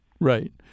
Right